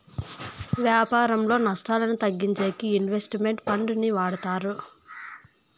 వ్యాపారంలో నష్టాలను తగ్గించేకి ఇన్వెస్ట్ మెంట్ ఫండ్ ని వాడతారు